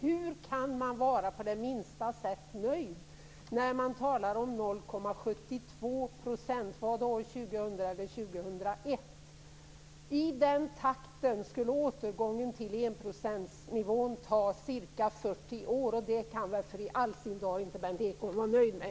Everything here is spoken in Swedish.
Hur kan man vara det minsta nöjd när det talas om 0,72 % år 2000 eller 2001? Med den takten skulle återgången till enprocentsnivån ta ca 40 år, och det kan väl Berndt Ekholm i all sin dar inte vara nöjd med.